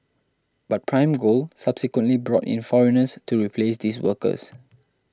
but Prime Gold subsequently brought in foreigners to replace these workers